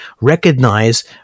recognize